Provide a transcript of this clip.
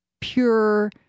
pure